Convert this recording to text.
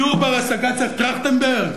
דיור בר-השגה צריך טרכטנברג?